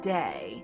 day